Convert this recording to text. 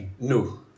No